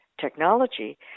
technology